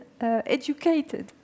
educated